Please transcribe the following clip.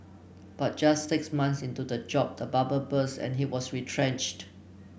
but just six months into the job the bubble burst and he was retrenched